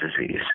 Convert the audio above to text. disease